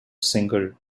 single